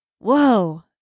Whoa